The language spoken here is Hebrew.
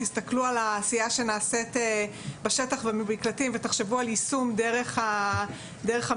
תסתכלו על העשייה שנעשית בשטח ובמקלטים ותחשבו על יישום דרך המקלטים,